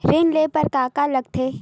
ऋण ले बर का का लगथे?